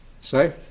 Say